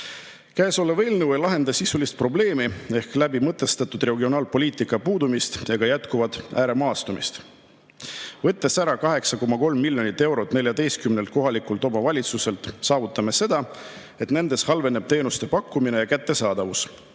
Käesolev eelnõu ei lahenda sisulist probleemi ehk läbimõtestatud regionaalpoliitika puudumist ega jätkuvat ääremaastumist. Võttes ära 8,3 miljonit eurot 14 kohalikult omavalitsuselt, saavutame seda, et nendes halveneb teenuste pakkumine ja kättesaadavus,